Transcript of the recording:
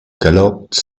galloped